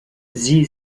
sie